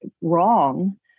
wrong